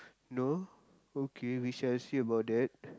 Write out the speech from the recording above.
no okay we shall see about that